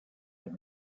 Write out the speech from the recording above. that